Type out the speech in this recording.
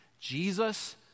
Jesus